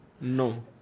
No